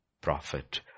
prophet